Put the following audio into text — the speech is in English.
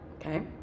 okay